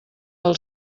del